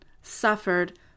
suffered